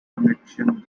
conviction